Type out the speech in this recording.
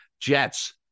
Jets